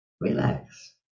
relax